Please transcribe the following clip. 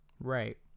Right